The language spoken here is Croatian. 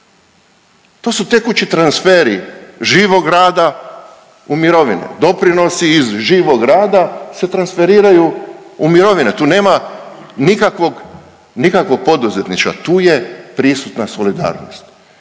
To su tekući transferi živog rada u mirovine, doprinosi iz živog rada se transferiraju u mirovine. Tu nema nikakvog poduzetništva. Tu je prisutna solidarnost.